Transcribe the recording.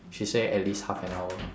she say at least half an hour